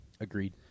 Agreed